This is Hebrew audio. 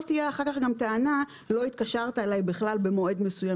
תהיה אחר כך גם טענה: לא התקשרת אלי בכלל במועד מסוים.